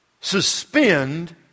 suspend